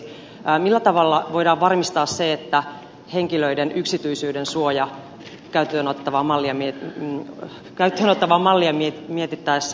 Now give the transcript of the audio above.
millä tavalla voidaan varmistaa henkilöiden yksityisyydensuoja käyttöön otettavaa mallia mietittäessä